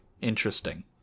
interesting